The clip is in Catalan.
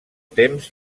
temps